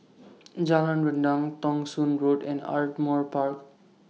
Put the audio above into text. Jalan Rendang Thong Soon Road and Ardmore Park